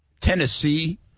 Tennessee